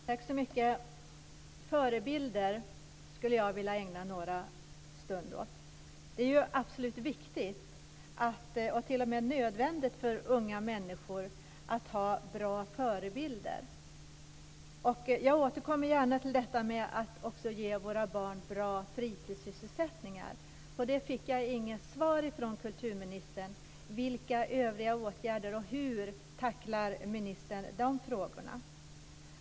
Fru talman! Förebilder skulle jag vilja ägna en stund åt. Det är viktigt och t.o.m. nödvändigt för unga människor att ha bra förebilder. Jag återkommer också gärna till detta med att ge våra barn bra fritidssysselsättningar. Jag fick inget svar från kulturministern på frågan om övriga åtgärder och om hur ministern tacklar de frågorna.